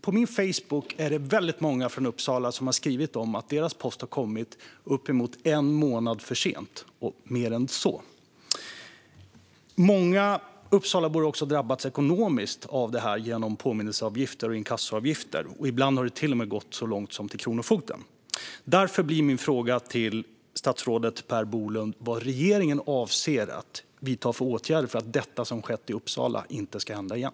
På min Facebook är det väldigt många från Uppsala som har skrivit om att deras post har kommit uppemot en månad för sent och mer än så. Många Uppsalabor har också drabbats ekonomiskt av detta genom påminnelse och inkassoavgifter. Ibland har det till och med gått så långt som till Kronofogden. Därför blir min fråga till statsrådet Per Bolund vad regeringen avser att vidta för åtgärder för att detta som skett i Uppsala inte ska hända igen.